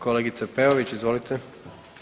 Kolegice Peović, izvolite.